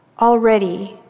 Already